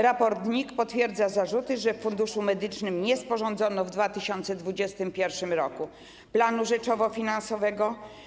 Raport NIK-u potwierdza zarzuty, że w Funduszu Medycznym nie sporządzono w 2021 r. planu rzeczowo-finansowego.